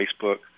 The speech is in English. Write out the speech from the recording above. Facebook